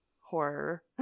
horror